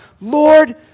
Lord